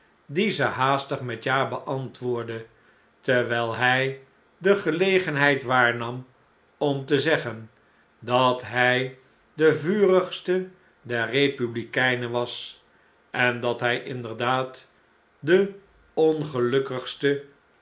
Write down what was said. die ze haastig met ja beantwoordde terwijl hjj de gelegenheid waarnam om te zeggen dat hjj de vurigste der kepublikeinen was en dat hjj inderdaad de